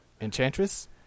Enchantress